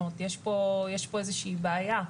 יש פה איזושהי בעיה.